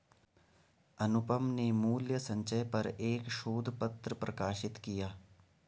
अनुपम ने मूल्य संचय पर एक शोध पत्र प्रकाशित किया